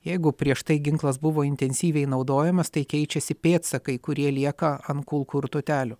jeigu prieš tai ginklas buvo intensyviai naudojamas tai keičiasi pėdsakai kurie lieka ant kulkų ir tūtelių